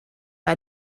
bij